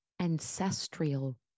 ancestral